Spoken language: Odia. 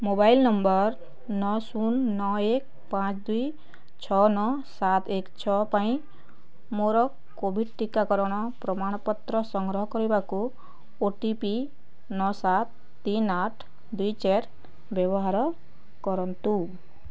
ମୋବାଇଲ୍ ନମ୍ବର ନଅ ଶୂନ ନଅ ଏକ ପାଞ୍ଚ ଦୁଇ ଛଅ ନଅ ସାତ ଏକ ଛଅ ପାଇଁ ମୋର କୋଭିଡ଼୍ ଟିକାକରଣ ପ୍ରମାଣପତ୍ର ସଂଗ୍ରହ କରିବାକୁ ଓ ଟି ପି ନଅ ସାତ ତିନି ଆଠ ଦୁଇ ଚାରି ବ୍ୟବହାର କରନ୍ତୁ